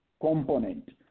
component